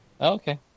Okay